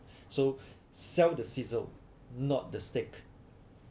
so sell the sizzle not the steak